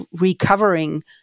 recovering